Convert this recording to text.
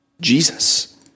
Jesus